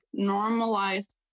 normalize